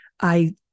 I-